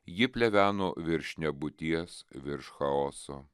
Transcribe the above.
ji pleveno virš nebūties virš chaoso